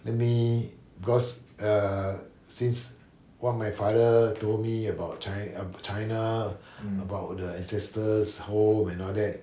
let me because err since what my father told me about chi~ ab~ china about the ancestors' home and all that